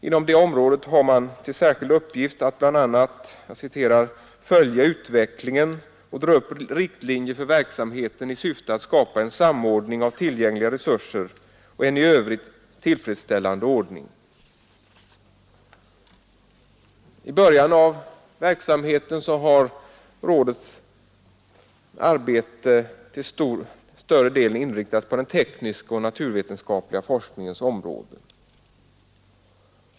Inom det området har man till uppgift att bl.a. ”sälja utvecklingen och dra upp riktlinjer för verksamheten i syfte att skapa en samordning av tillgängliga resurser och en i I början av verksamheten har rådets arbete till större delen inriktats på den tekniska och naturvetenskapliga forskningens område.